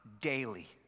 daily